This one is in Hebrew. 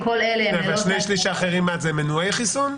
ושני-השלישים האחרים הם מנועי חיסון?